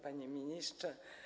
Panie Ministrze!